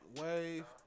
wave